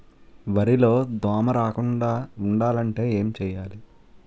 వరిలో దోమ రాకుండ ఉండాలంటే ఏంటి చేయాలి?